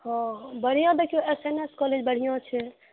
हाँ बढ़िऑं देखियौ एस एन एस कॉलेज बढ़िऑं छै